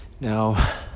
Now